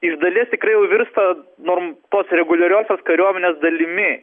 iš dalies tikrai jau virsta norm tos reguliariosios kariuomenės dalimi